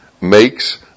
makes